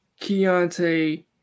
Keontae